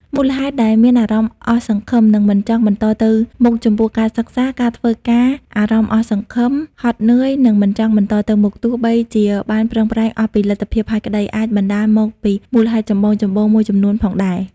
មូលហេតុដែលមានអារម្មណ៍អស់សង្ឃឹម និងមិនចង់បន្តទៅមុខចំពោះការសិក្សា ការធ្វើការអារម្មណ៍អស់សង្ឃឹម ហត់នឿយ និងមិនចង់បន្តទៅមុខ ទោះបីជាបានប្រឹងប្រែងអស់ពីលទ្ធភាពហើយក្តី អាចបណ្តាលមកពីមូលហេតុចម្បងៗមួយចំនួនផងដែរ។